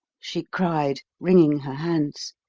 she cried, wringing her hands.